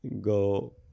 Go